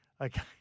Okay